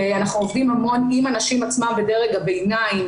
ואנחנו עובדים המון עם הנשים עצמן בדרג הביניים